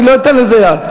אני לא אתן לזה יד.